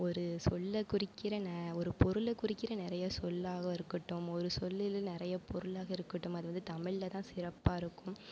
ஒரு சொல்லை குறிக்கிற ந ஒரு பொருளை குறிக்கிற நிறையா சொல்லாக இருக்கட்டும் ஒரு சொல்லில் நிறையா பொருளாக இருக்கட்டும் அது வந்து தமிழில்தான் சிறப்பாகருக்கும்